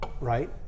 right